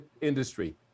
industry